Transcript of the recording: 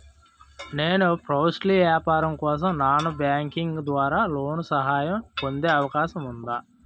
నేను పౌల్ట్రీ వ్యాపారం కోసం నాన్ బ్యాంకింగ్ ద్వారా లోన్ సహాయం పొందే అవకాశం ఉందా?